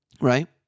right